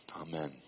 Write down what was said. Amen